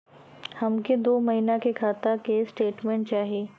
हमके दो महीना के खाता के स्टेटमेंट चाही?